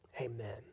amen